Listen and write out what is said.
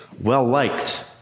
well-liked